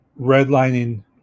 Redlining